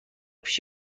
پیش